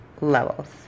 levels